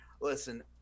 Listen